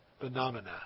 phenomena